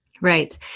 Right